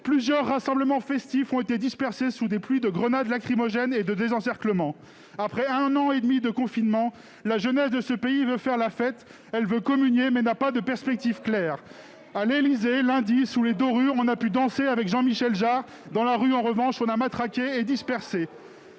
plusieurs rassemblements festifs ont été dispersés sous des pluies de grenades lacrymogènes et de désencerclement. Après un an et demi de confinement, la jeunesse de ce pays veut faire la fête, elle veut communier, mais n'a pas de perspectives claires. À l'Élysée, lundi, sous les dorures, on a pu danser avec Jean-Michel Jarre ; dans la rue, en revanche, on a matraqué et dispersé.